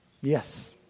Yes